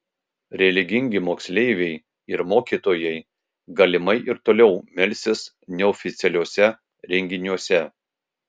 religingi moksleiviai ir mokytojai galimai ir toliau melsis neoficialiuose renginiuose